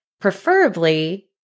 preferably